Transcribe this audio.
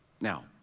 Now